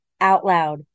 OUTLOUD